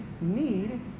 need